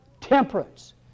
temperance